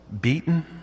beaten